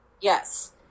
Yes